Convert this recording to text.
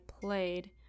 played